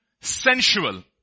sensual